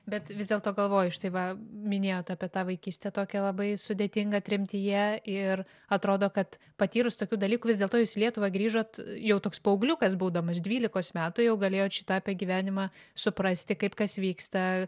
bet vis dėlto galvoju štai va minėjot apie tą vaikystę tokią labai sudėtingą tremtyje ir atrodo kad patyrus tokių dalykų vis dėlto jūs lietuvą grįžot jau toks paaugliukas būdamas dvylikos metų jau galėjot šį tą apie gyvenimą suprasti kaip kas vyksta